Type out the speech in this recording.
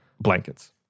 blankets